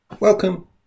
Welcome